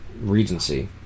Regency